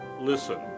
listen